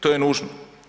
To je nužno.